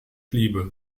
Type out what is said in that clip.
liebe